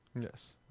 Yes